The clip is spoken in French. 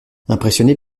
impressionné